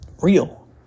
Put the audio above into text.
real